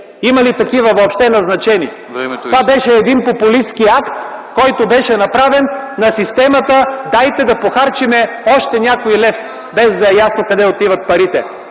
Има ли такива въобще назначени? Това е един популистки акт, който беше направен на системата: дайте да похарчим още някой лев, без да е ясно къде отиват парите!